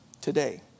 today